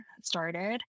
started